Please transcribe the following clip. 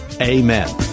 Amen